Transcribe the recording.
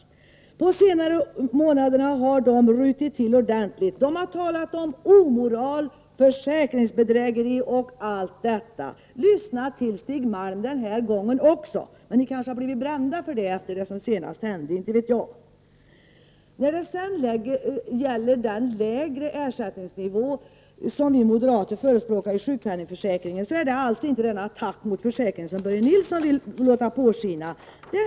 Under de senaste månaderna har LO rutit till ordentligt och talat om omoral, försäkringsbedrägeri och allt detta. Lyssna till Stig Malm den här gången också. Men ni har kanske blivit brända för det, efter det som senast hände. Inte vet jag. Den lägre ersättningsnivå som vi moderater förespråkar i sjukpenningsförsäkringen är alls inte den attack mot försäkringen som Börje Nilsson vill låta påskina.